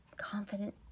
confident